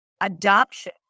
adoption